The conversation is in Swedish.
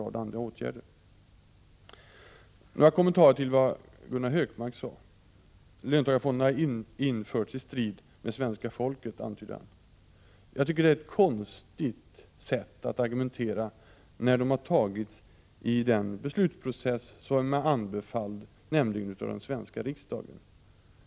Jag vill göra några kommentarer till vad Gunnar Hökmark sade. Löntagarfonderna har införts i strid med svenska folkets uppfattning, antydde han. Jag tycker att det är ett konstigt sätt att argumentera på. Fonderna har ju införts genom den belutsprocess som är anbefalld, nämligen genom beslut av den svenska riksdagen.